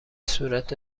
صورت